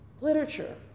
literature